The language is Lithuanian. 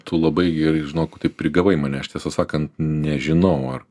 tu labai gerai žinok prigavai mane aš tiesą sakant nežinau ar